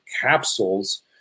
capsules